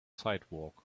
sidewalk